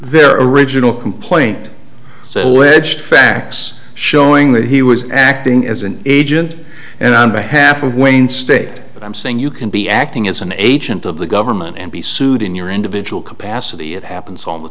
their original complaint so alleged facts showing that he was acting as an agent and on behalf of wayne state but i'm saying you can be acting as an agent of the government and be sued in your individual capacity it happens all